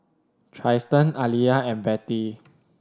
Trystan Aaliyah and Betty